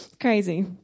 Crazy